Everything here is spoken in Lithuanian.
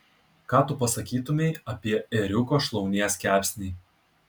ką tu pasakytumei apie ėriuko šlaunies kepsnį